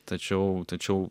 tačiau tačiau